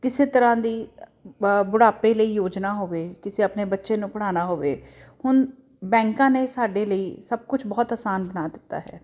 ਕਿਸੇ ਤਰ੍ਹਾਂ ਦੀ ਬੁਢਾਪੇ ਲਈ ਯੋਜਨਾ ਹੋਵੇ ਕਿਸੇ ਆਪਣੇ ਬੱਚੇ ਨੂੰ ਪੜ੍ਹਾਉਣਾ ਹੋਵੇ ਹੁਣ ਬੈਂਕਾਂ ਨੇ ਸਾਡੇ ਲਈ ਸਭ ਕੁਝ ਬਹੁਤ ਆਸਾਨ ਬਣਾ ਦਿੱਤਾ ਹੈ